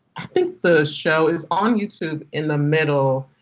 think the show is on youtube. in the middle.